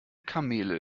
kamele